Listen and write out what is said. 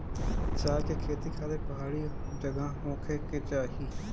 चाय के खेती खातिर पहाड़ी जगह होखे के चाही